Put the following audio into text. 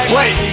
Wait